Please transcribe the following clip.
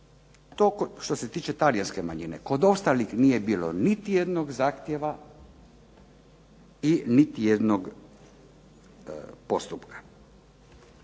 što se tiče talijanske manjine, kod ostalih nije bilo niti jednog zahtjeva i niti jednog postupka.